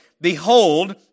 Behold